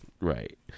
Right